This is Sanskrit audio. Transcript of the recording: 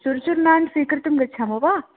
चुरुचुर्नान् स्वीकर्तुं गच्छामि वा